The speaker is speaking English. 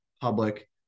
public